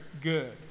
good